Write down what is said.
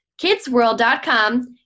kidsworld.com